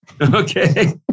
Okay